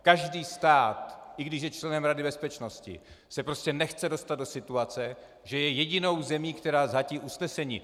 Každý stát, i když je členem Rady bezpečnosti, se prostě nechce dostat do situace, že je jedinou zemí, která zhatí usnesení.